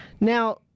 Now